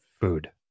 food